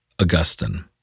Augustine